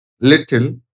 little